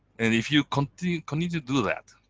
and if you continue continue to do that,